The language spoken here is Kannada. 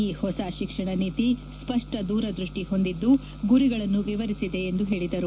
ಈ ಹೊಸ ಶಿಕ್ಷಣ ನೀತಿ ಸ್ಪಷ್ಟ ದೂರದೃಷ್ಟಿ ಹೊಂದಿದ್ದು ಗುರಿಗಳನ್ನು ವಿವರಿಸಿದೆ ಎಂದು ಹೇಳಿದರು